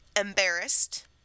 embarrassed